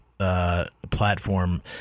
Platform